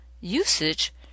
usage